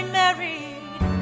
married